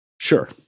Sure